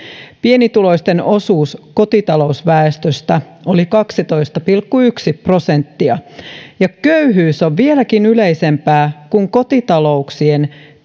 pienituloisten osuus kotitalousväestöstä oli kaksitoista pilkku yksi prosenttia ja köyhyys on vieläkin yleisempää kun kotitalouksien